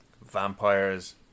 Vampires